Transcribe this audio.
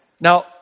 Now